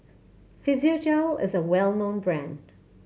Physiogel is a well known brand